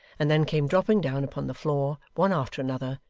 and then came dropping down upon the floor, one after another,